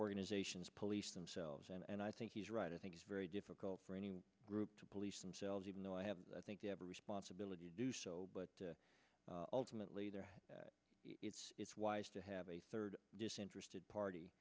organizations police themselves and i think he's right i think it's very difficult for any group to police themselves even though i have i think they have a responsibility to do so but ultimately they're it's wise to have a third disinterested party